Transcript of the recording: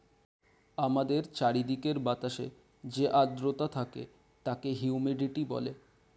আমাদের চারিদিকের বাতাসে যে আর্দ্রতা থাকে তাকে হিউমিডিটি বলে